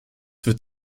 wird